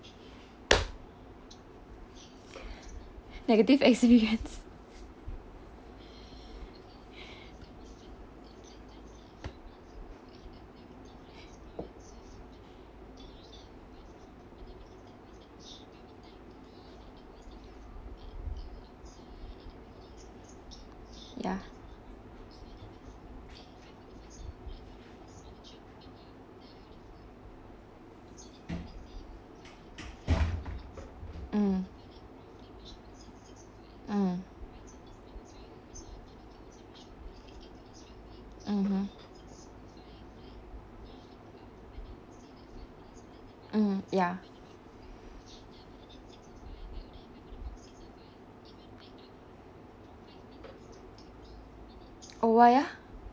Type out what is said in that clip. negative experience ya mm mm mmhmm mm ya oh why ah